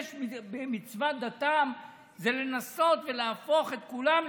מצוות דתם זה לנסות ולהפוך את כולם לנוצרים.